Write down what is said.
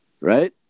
right